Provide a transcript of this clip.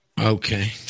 Okay